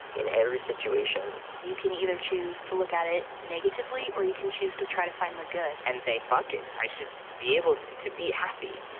in every situation. you can either choose to look at it negatively or you can choose to try to find the good. and say fuck it, i should be able to be happy.